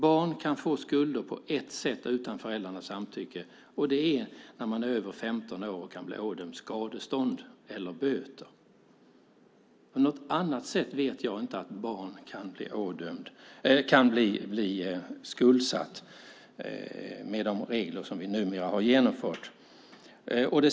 Barn kan få skulder på ett sätt utan föräldrarnas samtycke, och det är när man är över 15 år och kan bli ådömd skadestånd eller böter. Jag vet inget annat sätt som barn kan bli skuldsatta med de regler som vi har infört.